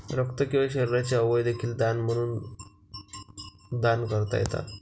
रक्त किंवा शरीराचे अवयव देखील दान म्हणून दान करता येतात